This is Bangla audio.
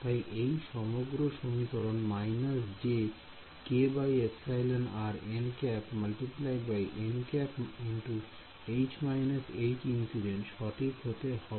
তাই এই সমগ্র সমীকরণ − jkεr nˆ × nˆ × সঠিক হতে হবে